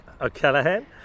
O'Callaghan